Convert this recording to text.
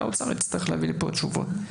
והאוצר יצטרך להביא לפה תשובות.